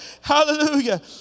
Hallelujah